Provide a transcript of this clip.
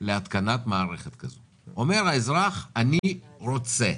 להתקנת מערכת כזו, אומר האזרח: אני רוצה.